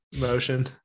motion